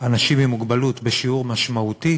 אנשים עם מוגבלות בשיעור משמעותי,